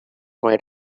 might